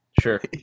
Sure